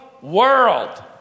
world